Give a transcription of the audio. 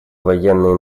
военной